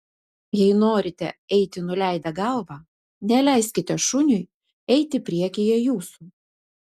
jei norite eiti nuleidę galvą neleiskite šuniui eiti priekyje jūsų